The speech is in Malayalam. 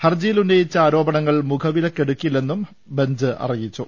ഹർജിയിൽ ഉന്നിയിച്ച ആരോപണങ്ങൾ മുഖവിലയ്ക്കെടുക്കില്ലെന്നും ബെഞ്ച് അറിയിച്ചു